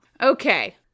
Okay